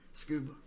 Scoob